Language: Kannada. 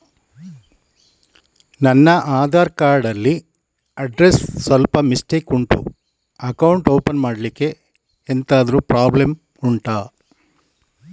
ನನ್ನ ಆಧಾರ್ ಕಾರ್ಡ್ ಅಲ್ಲಿ ಅಡ್ರೆಸ್ ಸ್ವಲ್ಪ ಮಿಸ್ಟೇಕ್ ಉಂಟು ಅಕೌಂಟ್ ಓಪನ್ ಮಾಡ್ಲಿಕ್ಕೆ ಎಂತಾದ್ರು ಪ್ರಾಬ್ಲಮ್ ಉಂಟಾ